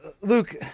Luke